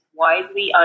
widely